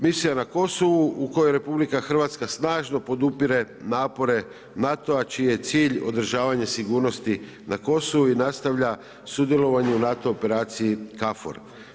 Misija na Kosovu u kojoj RH snažno podupire napore NATO-a čiji je cilj održavanje sigurnosti na Kosovu i nastavlja sudjelovanju u NATO operaciji Kafor.